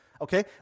okay